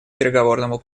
переговорному